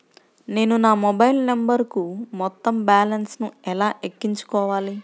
నేను నా మొబైల్ నంబరుకు మొత్తం బాలన్స్ ను ఎలా ఎక్కించుకోవాలి?